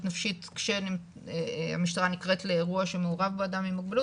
נפשית כשהמשטרה נקראת לאירוע שמעורב בו אדם עם מוגבלות